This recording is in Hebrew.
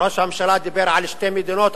ראש הממשלה דיבר על שתי מדינות,